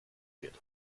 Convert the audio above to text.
wird